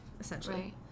essentially